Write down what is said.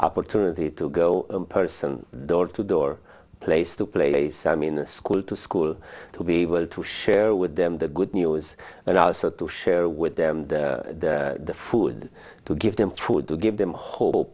opportunity to go person door to door place to place i mean the school to school to be able to share with them the good news and also to share with them the food to give them food to give them ho